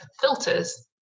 filters